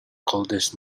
coldest